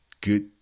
good